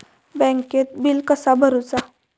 बँकेत बिल कसा भरुचा?